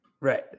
Right